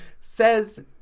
Says